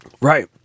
Right